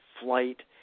flight